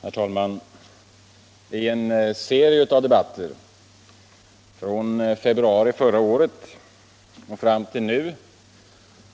Herr talman! I en serie av debatter, från februari förra året fram till nu,